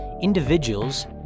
Individuals